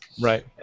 Right